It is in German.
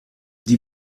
die